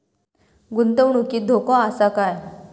गुंतवणुकीत धोको आसा काय?